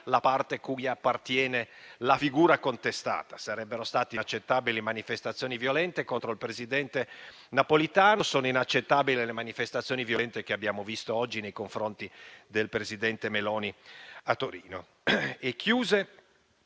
la parte cui appartiene la figura contestata: sarebbero state inaccettabili manifestazioni violente contro il presidente Napolitano; sono inaccettabili le manifestazioni violente che abbiamo visto oggi nei confronti del presidente Meloni a Torino.